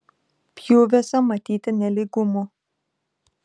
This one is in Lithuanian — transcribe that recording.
pjūviuose matyti nelygumų